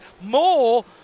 More